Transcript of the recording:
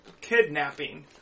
kidnapping